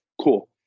Cool